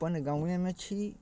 अपन गामेमे छी